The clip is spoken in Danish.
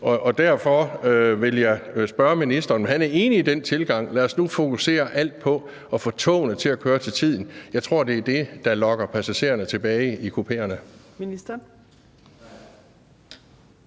Og derfor vil jeg spørge ministeren, om han er enig i den tilgang. Lad os nu fokusere alt på at få togene til at køre til tiden. Jeg tror, det er det, der lokker passagererne tilbage i kupéerne.